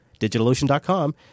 DigitalOcean.com